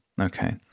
Okay